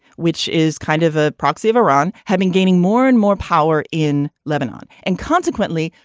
which is kind of a proxy of iran having gaining more and more power in lebanon and consequently,